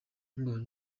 ngo